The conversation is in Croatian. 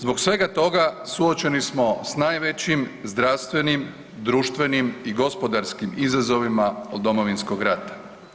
Zbog svega toga suočeni smo s najvećim zdravstvenim, društvenim i gospodarskim izazovima od Domovinskog rata.